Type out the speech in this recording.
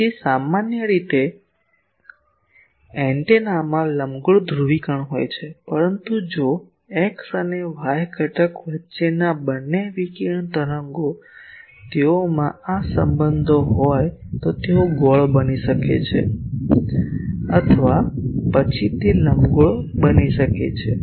તેથી સામાન્ય રીતે એન્ટેનામાં લંબગોળ ધ્રુવીકરણ હોય છે પરંતુ જો X અને Y ઘટક વચ્ચેના બંને વિકિરણ તરંગો તેઓમાં આ સંબંધો હોય તો તેઓ ગોળ બની શકે છે અથવા પછી તે લંબગોળ બની શકે છે